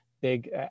big